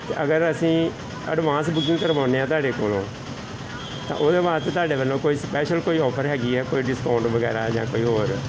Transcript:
ਅਤੇ ਅਗਰ ਅਸੀਂ ਐਡਵਾਂਸ ਬੂਕਿੰਗ ਕਰਵਾਉਂਦੇ ਹਾਂ ਤੁਹਾਡੇ ਕੋਲੋਂ ਤਾਂ ਉਹਦੇ ਵਾਸਤੇ ਤੁਹਾਡੇ ਵੱਲੋਂ ਕੋਈ ਸਪੈਸ਼ਲ ਕੋਈ ਆਫਰ ਹੈਗੀ ਆ ਕੋਈ ਡਿਸਕਾਉਂਟ ਵਗੈਰਾ ਜਾਂ ਕੋਈ ਹੋਰ